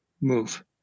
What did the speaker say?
move